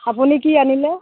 আপুনি কি আনিলে